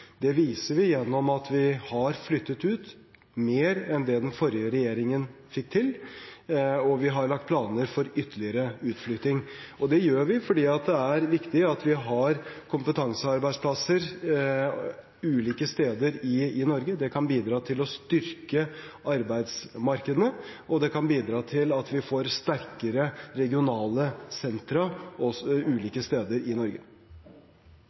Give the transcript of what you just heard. Det viser vi gjennom at vi har flyttet ut mer enn det den forrige regjeringen fikk til, og vi har lagt planer for ytterligere utflytting. Og det gjør vi fordi det er viktig at vi har kompetansearbeidsplasser ulike steder i Norge. Det kan bidra til å styrke arbeidsmarkedene, og det kan bidra til at vi får sterkere regionale sentra ulike steder i Norge.